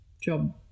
job